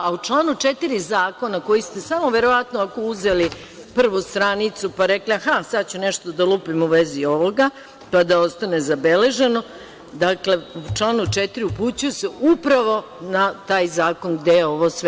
U članu 4. zakona, kojem ste samo verovatno uzeli prvu stranicu, pa rekli – aha, sad ću nešto da lupim u vezi ovoga, pa da ostane zabeleženo, dakle, u članu 4. upućuje se upravo na taj zakon gde je ovo sve